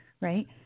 right